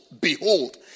behold